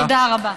תודה רבה.